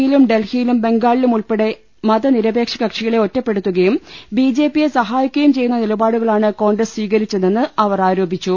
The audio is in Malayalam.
യിലും ഡൽഹിയിലും ബംഗാളിലും ഉൾപ്പെടെ മതനിരപേക്ഷ കക്ഷികളെ ഒറ്റപ്പെടുത്തുകയും ബിജെപിയെ സഹായിക്കുകയും ചെയ്യുന്ന നിലപാടുകളാണ് കോൺഗ്രസ് സ്വീകരിച്ചതെന്ന് അവർ ആരോപിച്ചു